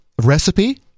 recipe